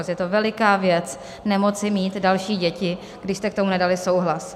Je to veliká věc nemoci mít další děti, když jste k tomu nedali souhlas.